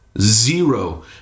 zero